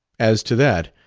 as to that,